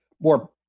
more